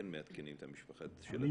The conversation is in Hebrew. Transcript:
כן מעדכנים את המשפחה של התלמיד.